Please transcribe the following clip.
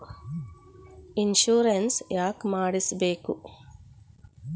Insurance ಯಾಕ್ ಮಾಡಿಸಬೇಕು?